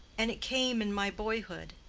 and it came in my boyhood.